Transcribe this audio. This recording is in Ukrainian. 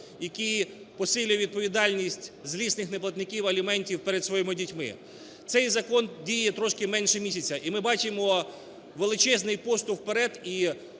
який посилює відповідальність злісних неплатників аліментів перед своїми дітьми. Цей закон діє трошки менше місяця і ми бачимо величезний поштовх вперед